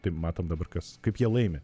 tai matom dabar kas kaip jie laimi